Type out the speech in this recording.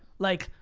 like,